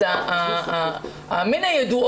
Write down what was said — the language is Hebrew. מן הידוע